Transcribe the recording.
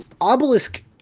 Obelisk